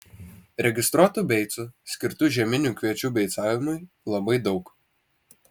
registruotų beicų skirtų žieminių kviečių beicavimui labai daug